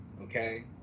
okay